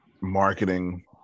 marketing